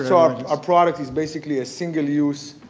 so, our ah product is basically a single use